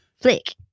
Flick